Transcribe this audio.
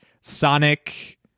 Sonic